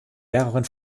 mehreren